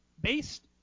based